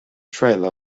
trailer